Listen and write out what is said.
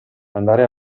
andare